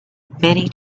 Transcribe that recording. many